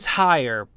higher